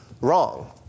wrong